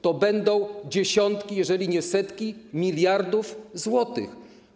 To będą dziesiątki, jeżeli nie setki miliardów złotych.